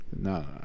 No